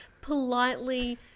politely